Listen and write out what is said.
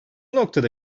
noktada